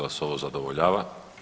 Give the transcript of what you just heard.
vas ovo zadovoljava?